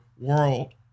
world